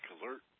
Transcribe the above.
alert